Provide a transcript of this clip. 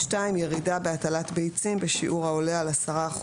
ירידה בהטלת ביצים בשיעור העולה על 10%